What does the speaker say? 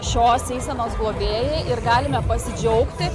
šios eisenos globėjai ir galime pasidžiaugti